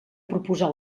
proposar